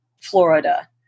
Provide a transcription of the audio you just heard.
Florida